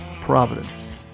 Providence